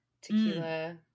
tequila